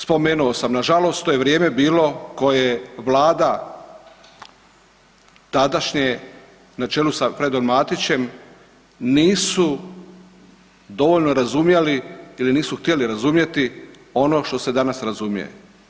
Spomenuo sam nažalost to je vrijeme bilo koje vlada tadašnje na čelu sa Fredom Matićem nisu dovoljno razumjeli ili nisu htjeli razumjeti ono što se danas razumije.